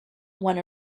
went